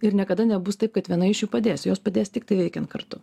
ir niekada nebus taip kad viena iš jų padės jos padės tiktai veikiant kartu